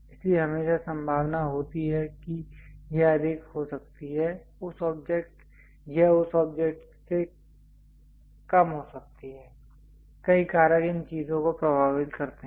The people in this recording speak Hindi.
इसलिए हमेशा संभावना होती हैं कि यह अधिक हो सकती है यह उस ऑब्जेक्ट से कम हो सकती है कई कारक इन चीजों को प्रभावित करते हैं